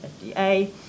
FDA